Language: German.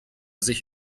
sich